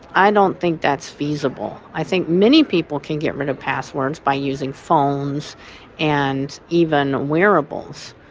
i don't think that's feasible. i think many people can get rid of passwords by using phones and even wearables,